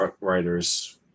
writers